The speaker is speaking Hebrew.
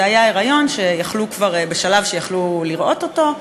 זה היה היריון בשלב שיכלו כבר לראות אותו.